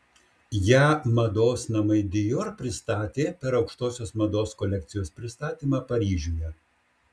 ją mados namai dior pristatė per aukštosios mados kolekcijos pristatymą paryžiuje